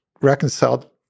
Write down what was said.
reconciled